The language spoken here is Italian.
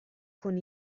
con